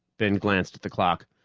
ben glanced at the clock.